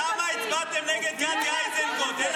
למה הצבעתם נגד איזנקוט, למה?